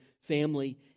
family